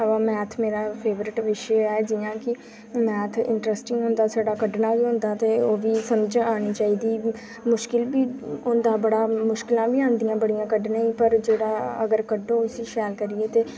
अवा मैथ मेरा फेवरेट विशे ऐ जि'यां कि मैथ इन्टरैस्टिंग होंदा छड़ा कड्ढना गै होंदा ते ओह्दी समझ आनी चाहिदी मुश्कल बी होंदा बड़ा मुश्कलां बी औंदियां बड़ियां कड्ढने ई पर जेह्ड़ा अगर कड्ढो उसी शैल करियै ते